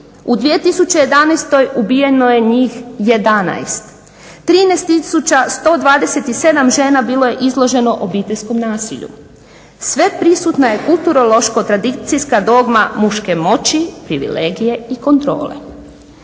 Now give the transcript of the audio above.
U 2011. ubijeno je njih 11, 13127 žena bilo je izloženo obiteljskom nasilju. Sveprisutna je kulturološko tradicijska dogma muške moći, privilegije i kontrole.